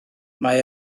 mae